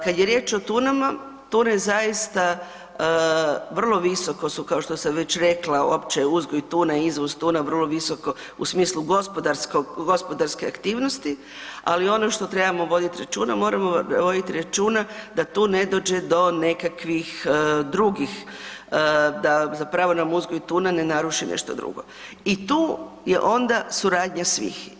Kad je riječ o tunama, tuna je zaista vrlo visoko su, kao što sam već rekla, uopće uzgoj tune, izvoz tune, vrlo visoko u smislu gospodarske aktivnosti, ali ono što trebamo voditi računa, moramo voditi računa da tu ne dođe do nekakvih drugih da zapravo nam uzgoj tune ne naruši nešto drugo i tu je onda suradnja svih.